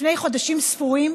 לפני חודשים ספורים